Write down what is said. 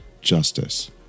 justice